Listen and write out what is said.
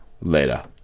later